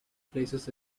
places